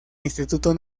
instituto